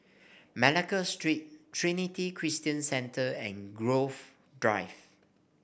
Malacca Street Trinity Christian Centre and Grove Drive